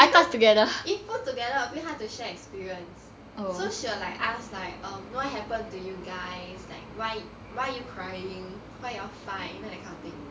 because if put together a bit hard to share experience so she will like ask like um what happened to you guys like why why are you crying why you all fight you know that kind of thing